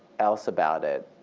else about it,